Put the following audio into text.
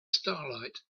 starlight